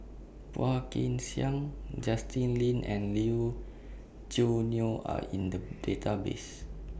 Phua Kin Siang Justin Lean and Lee Wu Choo Neo Are in The Database